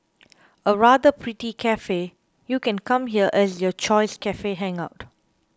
a rather pretty cafe you can come here as your choice cafe hangout